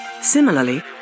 Similarly